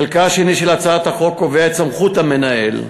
חלקה השני של הצעת החוק קובע את סמכות המנהל,